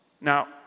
Now